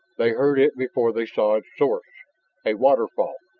they heard it before they saw its source a waterfall.